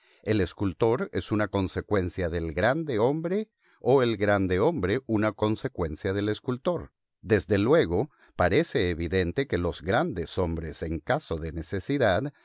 el escultor es una consecuencia del grande hombre o el grande hombre una consecuencia del escultor desde luego parece evidente que los grandes hombres en caso de necesidad